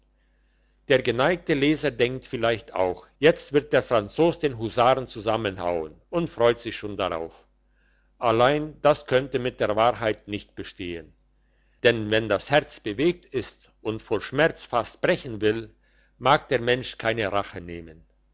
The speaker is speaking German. der geneigte leser denkt vielleicht auch jetzt wird der franzos den husaren zusammenhauen und freut sich schon darauf allein das könnte mit der wahrheit nicht bestehen denn wenn das herz bewegt ist und vor schmerz fast brechen will mag der mensch keine rache nehmen